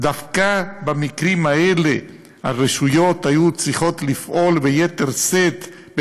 דווקא במקרים האלה הרשויות היו צריכות לפעול ביתר שאת,